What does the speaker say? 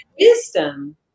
wisdom